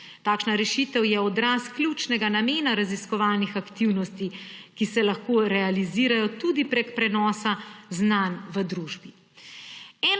Takšna rešitev je odraz ključnega namena raziskovalnih aktivnosti, ki se lahko realizirajo tudi prek prenosa znanj v družbi.